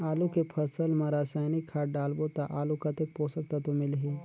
आलू के फसल मा रसायनिक खाद डालबो ता आलू कतेक पोषक तत्व मिलही?